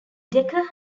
decker